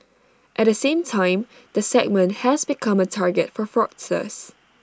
at the same time the segment has become A target for fraudsters